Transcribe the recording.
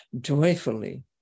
joyfully